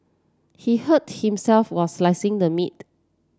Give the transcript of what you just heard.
he hurt himself while slicing the meat